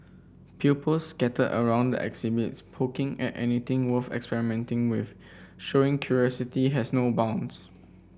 pupils scattered around the exhibits poking at anything worth experimenting with showing curiosity has no bounds